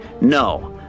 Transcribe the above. No